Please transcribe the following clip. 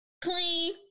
clean